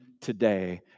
today